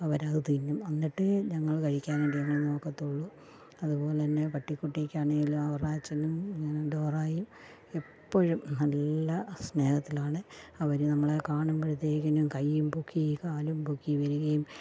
അവരത് തിന്നും എന്നിട്ടേ ഞങ്ങൾ കഴിക്കാനായിട്ടു ഞങ്ങൾ നോക്കത്തുള്ളൂ അതുപോലെ തന്നെ പട്ടിക്കുട്ടിക്കാണെങ്കിൽ അവറാച്ചനും ഡോറയും എപ്പോഴും നല്ല സ്നേഹത്തിലാണ് അവർ നമ്മളെ കാണുമ്പോഴത്തേക്കിന്നും കയ്യും പൊക്കി കാലും പൊക്കി വരികയും